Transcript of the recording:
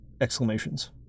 exclamations